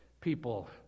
people